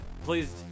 please